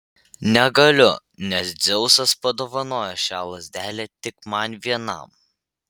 negaliu nes dzeusas padovanojo šią lazdelę tik man vienam